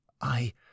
I